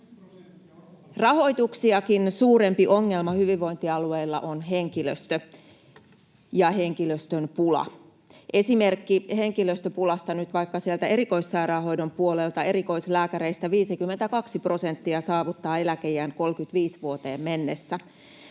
Rahoituksiakin suurempi ongelma hyvinvointialueilla on henkilöstö ja henkilöstön pula. Esimerkki henkilöstöpulasta nyt vaikka sieltä erikoissairaanhoidon puolelta: erikoislääkäreistä 52 prosenttia saavuttaa eläkeiän vuoteen 2035 mennessä.